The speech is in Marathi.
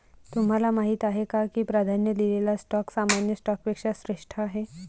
तुम्हाला माहीत आहे का की प्राधान्य दिलेला स्टॉक सामान्य स्टॉकपेक्षा श्रेष्ठ आहे?